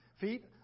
feet